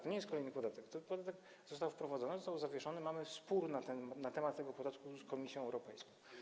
To nie jest kolejny podatek, ten podatek został wprowadzony, został zawieszony, mamy spór na temat tego podatku z Komisją Europejską.